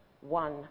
one